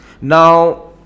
Now